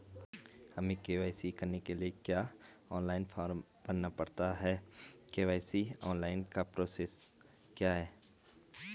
हमें के.वाई.सी कराने के लिए क्या ऑनलाइन फॉर्म भरना पड़ता है के.वाई.सी ऑनलाइन का प्रोसेस क्या है?